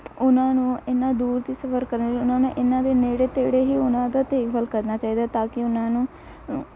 ਉਹਨਾਂ ਨੂੰ ਇੰਨਾਂ ਦੂਰ ਤੋਂ ਸਫਰ ਕਰਨ ਉਹਨਾਂ ਨੇ ਇਹਨਾਂ ਦੇ ਨੇੜੇ ਤੇੜੇ ਹੀ ਉਹਨਾਂ ਦਾ ਦੇਖਭਾਲ ਕਰਨਾ ਚਾਹੀਦਾ ਤਾਂ ਕਿ ਉਹਨਾਂ ਨੂੰ